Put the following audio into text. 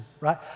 right